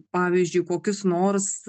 pavyzdžiui kokius nors